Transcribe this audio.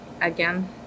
again